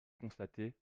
constaté